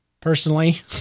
personally